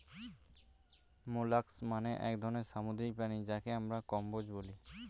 molluscs মানে এক ধরনের সামুদ্রিক প্রাণী যাকে আমরা কম্বোজ বলি